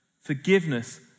Forgiveness